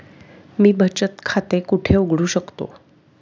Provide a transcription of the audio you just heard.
मी बचत खाते कुठे उघडू शकतो?